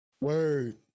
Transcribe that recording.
Word